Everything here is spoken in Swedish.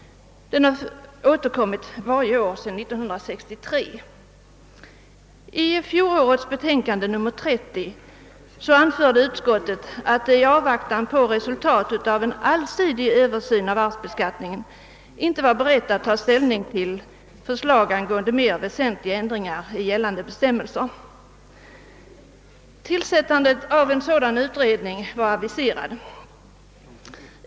Denna fråga har återkommit varje år sedan 1963. I bevillningsutskottets betänkande nr 30 förra året anförde utskottet att det i avvaktan på resultat av en allsidig översyn av arvsbeskattningen inte var berett att ta ställning till förslag angående mer väsentliga ändringar i gällande bestämmelser. Tillsättandet av en sådan utredning var aviserat.